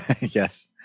Yes